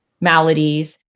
maladies